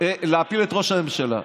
להפיל את ראש הממשלה.